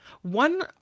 One